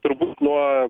turbūt nuo